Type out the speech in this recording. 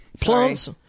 Plants